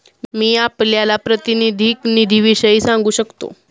मी आपल्याला प्रातिनिधिक निधीविषयी सांगू शकतो